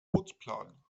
putzplan